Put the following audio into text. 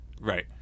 Right